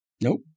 Nope